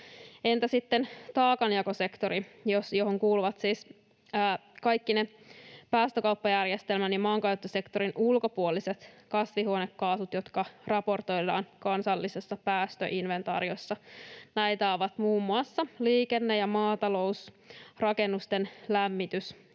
Entä sitten taakanjakosektori, johon kuuluvat siis kaikki ne päästökauppajärjestelmän ja maankäyttösektorin ulkopuoliset kasvihuonekaasut, jotka raportoidaan kansallisessa päästöinventaariossa? Näitä ovat muun muassa liikenne ja maatalous, rakennusten lämmitys,